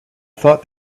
thought